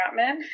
Gottman